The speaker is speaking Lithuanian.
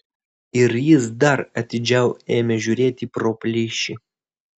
ir jis dar atidžiau ėmė žiūrėti pro plyšį